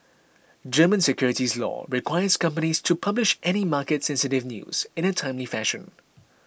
German securities law requires companies to publish any market sensitive news in a timely fashion